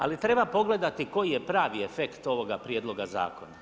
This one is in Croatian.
Ali treba pogledati koji je pravi efekt ovoga prijedloga zakona.